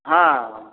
ହଁ